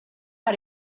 how